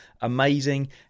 amazing